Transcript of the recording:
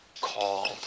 called